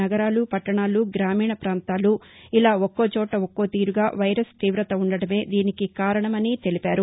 నగరాలు పట్టణాలు గ్రామీణ ప్రాంతాలు ఇలా ఒక్కోవోట ఒక్కోతీరుగా వైరస్ తీక్రివత ఉండటమే దీనికి కారణమని తెలిపారు